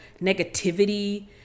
negativity